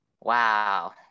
Wow